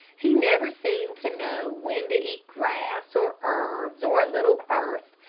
he never seemed to know when to eat grass or herbs, or a little earth,